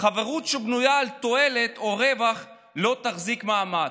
חברות שבנויה על תועלת או רווח לא תחזיק מעמד.